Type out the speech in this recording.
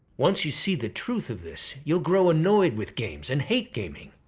once you see the truth of this, you'll grow annoyed with games and hate gaming.